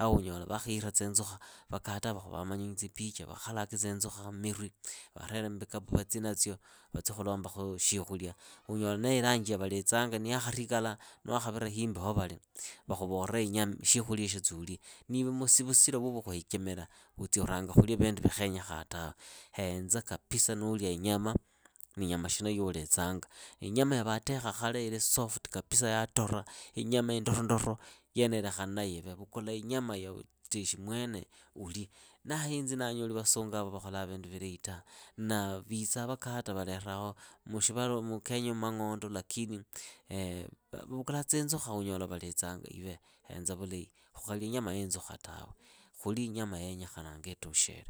unyola vakhira tsinzukha vakataa vakhuvaa manyonyi tsipicha vakhalake tsinzukha mirwi varele mbikapu vatsi natsio, vatsi khulombakhu shikhulia. Unyola nee lanji ya valitsanga niyakharikala niwakhavira himbi wa vali vakhuvola shiikhulya ishi tsia uli. niiwe musiro vukhuchemela utsia ulia vindu vikhenyekhaa tawe. Henza kapisa nuulwa inyama, ni inyama shina yuulitsanga. Inyama ya vatekha khale ili soft yatora, inyama indorondoro yeneyo lekhana nayo ive vukula inyama yuuteshi mwene uli. Ndahenzi ndanyoli vasungu yava vakholaa vindu vilahi tawe. na vitsaa vakata valeraa mukenyaumu mang'ondo lakini vavukula tsinzukha unyola valitsanga. Henza vulahi ukhalia inyama yiinzukha tawe khuli inyama yenyekhanga itushire.